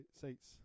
seats